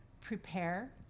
prepare